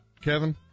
Kevin